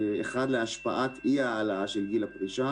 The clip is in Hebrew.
אחת להשפעת אי העלאה של גיל הפרישה.